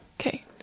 Okay